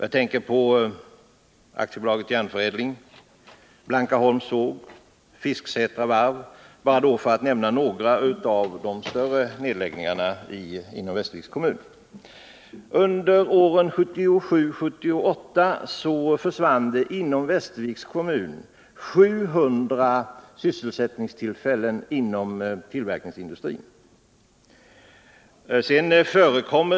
Jag tänker på AB Järnförädling, Blankaholms såg och Fisksätra varv, för att bara nämna några av de större nedläggningarna inom Västerviks kommun. Under åren 1977 och 1978 försvann i Västerviks kommun 700 sysselsättningstillfällen inom tillverkningsindustrin.